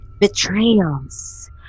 betrayals